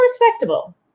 respectable